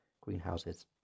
greenhouses